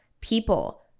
people